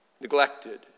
neglected